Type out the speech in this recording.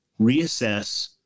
Reassess